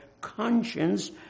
conscience